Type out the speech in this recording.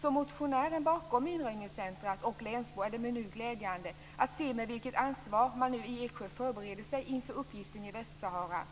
Som motionären bakom minröjningscentrumet, och som länsbo, är det nu glädjande för mig att se med vilket ansvar man i Eksjö förbereder sig för uppgiften i Västsahara.